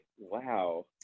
Wow